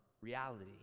reality